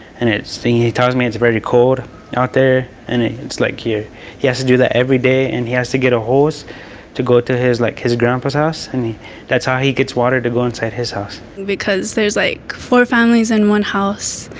and it's he tells me it's very cold out there and it's like you he has to do that every day and he has to get a horse to go to his like his grandpa's house, and he that's how he gets water to go inside his house. because there's like four families in one house,